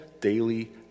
daily